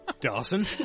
Dawson